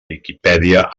viquipèdia